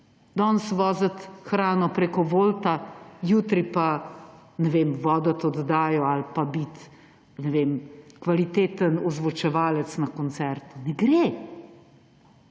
danes voziti hrane preko Wolta, jutri pa, recimo, voditi oddajo ali pa biti kvaliteten ozvočevalec na koncertu. Ne gre.